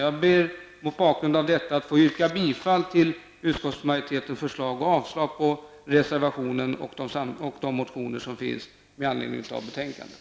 Jag ber mot bakgrund av detta att få yrka bifall till utskottsmajoritetens förslag och avslag på reservationen och samtliga motioner.